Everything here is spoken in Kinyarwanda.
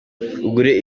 ugure